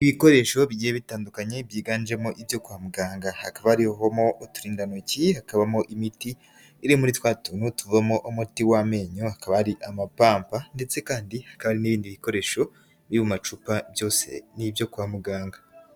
Ibikoresho bigiye bitandukanye byiganjemo ibyo kwa muganga, hakaba harimo uturindantoki, hakabamo imiti iri muri twa tuntu tuvamo umuti w'amenyo, akaba ari amapamba ndetse kandi hakaba n'ibindi bikoresho byo mu macupa byose n'ibyo kwa muganga.